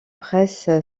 presse